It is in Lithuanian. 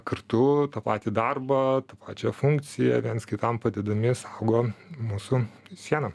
kartu tą patį darbą tą pačią funkciją viens kitam padėdami saugo mūsų sieną